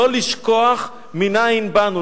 לא לשכוח מנין באנו,